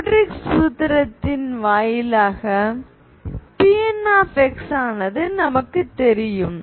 Rodriguez சூத்திரத்தின் வாயிலாக Pn ஆனது நமக்குத் தெரியும்